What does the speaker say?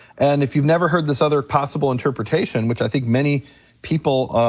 and if you've never heard this other possible interpretation which i think many people,